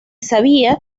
sabía